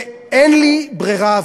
ואין לי ברירה,